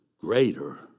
greater